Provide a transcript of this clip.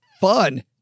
fun